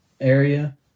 area